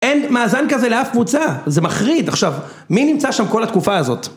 אין מאזן כזה לאף קבוצה. זה מחריד. עכשיו, מי נמצא שם כל התקופה הזאת?